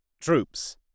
Troops